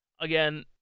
Again